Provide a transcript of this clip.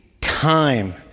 time